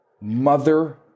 Mother